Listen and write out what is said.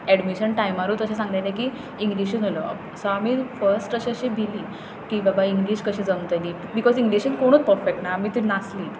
admission टायमारूच अशें सांगलेलें की इंग्लिशीन उलोवप सो आमी फर्स्ट अशें अशें भिलीं की बाबा इंग्लीश कशी जमतली बिकोज इंग्लिशीन कोणूच परफेक्ट ना आमी तर नासलींच